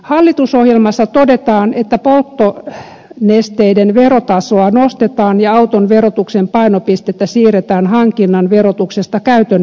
hallitusohjelmassa todetaan että polttonesteiden verotasoa nostetaan ja auton verotuksen painopistettä siirretään hankinnan verotuksesta käytön verotukseen